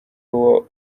uwo